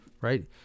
right